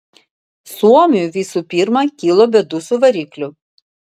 suomiui visų pirma kilo bėdų su varikliu